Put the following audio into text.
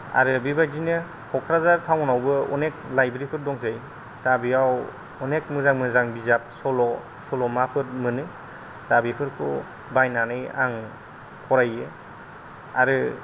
आरो बेबायदिनो कक्राझार टाउन आवबो अनेख लाइब्रेरी फोर दंसै दा बेयाव अनेख मोजां मोजां बिजाब सल' सल'माफोर मोनो दा बेफोरखौ बायनानै आं फरायो आरो